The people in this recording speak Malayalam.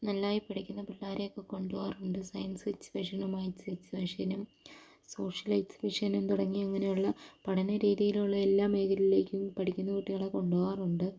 നല്ലതായി പഠിക്കുന്ന പിള്ളേരെ ഒക്കെ കൊണ്ട് പോകാറുണ്ട് സയൻസ് എക്സിബിഷനും മാത്സ് എക്സിബിഷനും സോഷ്യൽ എക്സിബിഷനും തുടങ്ങി അങ്ങനെയുള്ള പഠന രീതിയിലുള്ള എല്ലാ മേഖലയിലേക്കും പഠിക്കുന്ന കുട്ടികളെ കൊണ്ട് പോകാറുണ്ട്